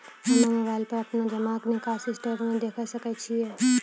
हम्मय मोबाइल पर अपनो जमा निकासी स्टेटमेंट देखय सकय छियै?